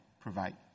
provide